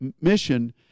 mission